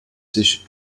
sich